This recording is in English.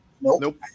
Nope